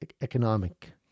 Economic